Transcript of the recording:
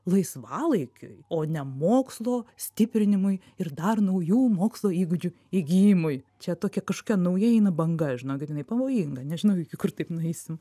laisvalaikiui o ne mokslo stiprinimui ir dar naujų mokslo įgūdžių įgijimui čia tokia kažkokia nauja eina banga žinokit jinai pavojinga nežinau iki kur taip nueisim